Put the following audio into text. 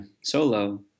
solo